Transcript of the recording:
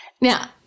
now